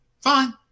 fine